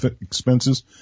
expenses